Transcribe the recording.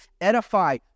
edify